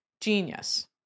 Genius